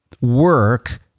work